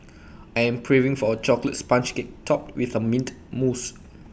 I am craving for A Chocolate Sponge Cake Topped with A Mint Mousse